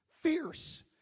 fierce